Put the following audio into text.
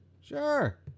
Sure